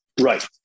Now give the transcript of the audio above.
Right